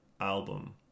album